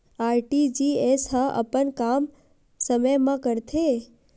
RTGS ह अपन काम समय मा करथे?